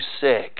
sick